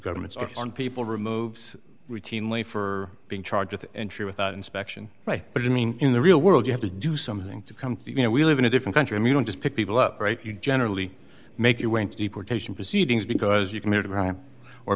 government's are on people removed routinely for being charged with entry without inspection but i mean in the real world you have to do something to come you know we live in a different country and you don't just pick people up right you generally make you went to deportation proceedings because you committed a crime or